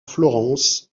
florence